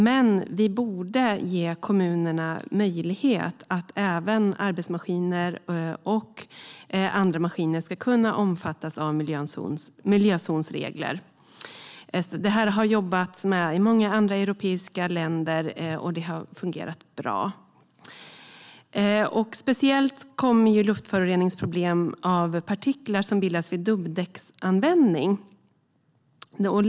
Men vi borde ge kommunerna möjlighet att även låta arbetsmaskiner och andra maskiner omfattas av miljözonsregler. Det har man jobbat med i många andra europeiska länder, och det har fungerat bra. Speciellt kommer luftföroreningsproblem av partiklar som bildas vid användning av dubbdäck.